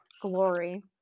glory